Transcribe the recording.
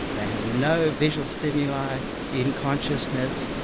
they have no visual stimuli in consciousness.